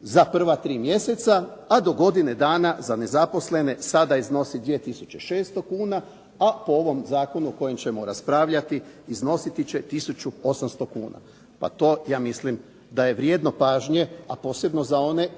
za prva tri mjeseca, a do godine dana za nezaposlene sada iznosi 2 tisuće 600 kuna, a po ovom zakonu o kojem ćemo raspravljati iznositi će tisuću 800 kuna. Pa to ja mislim da je vrijedno pažnje, a posebno za one